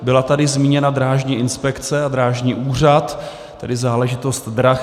Byla tady zmíněna Drážní inspekce a Drážní úřad, tedy záležitost drah.